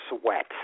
sweat